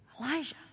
Elijah